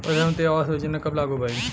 प्रधानमंत्री आवास योजना कब लागू भइल?